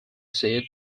seed